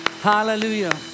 Hallelujah